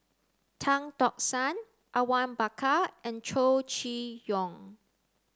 Tan Tock San Awang Bakar and Chow Chee Yong